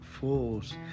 fools